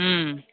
হুম